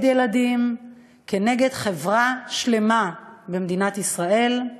כנגד ילדים, כנגד חברה שלמה במדינת ישראל.